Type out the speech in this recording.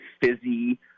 fizzy